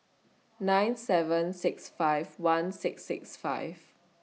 nine seven six five one six six five